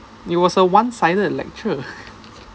it was a one sided lecture